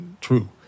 true